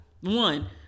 One